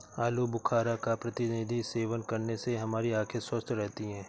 आलू बुखारा का प्रतिदिन सेवन करने से हमारी आंखें स्वस्थ रहती है